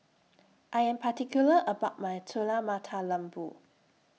I Am particular about My Telur Mata Lembu